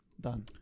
Done